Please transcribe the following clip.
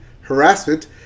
harassment